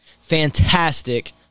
Fantastic